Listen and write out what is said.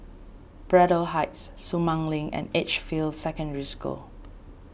Braddell Heights Sumang Link and Edgefield Secondary School